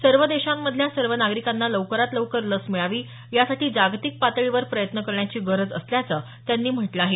सर्व देशांमधल्या सर्व नागरिकांना लवकरात लवकर लस मिळावी यासाठी जागतिक पातळीवर प्रयत्न करण्याची गरज असल्याचं त्यांनी म्हटलं आहे